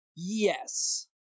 Yes